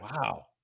Wow